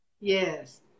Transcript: yes